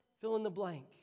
fill-in-the-blank